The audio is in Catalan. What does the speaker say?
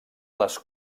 les